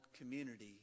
community